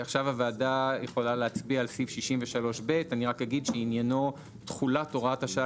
הוועדה יכולה להצביע על סעיף 63ב. עניינו תחולת הוראת השעה